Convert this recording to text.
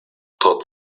trotz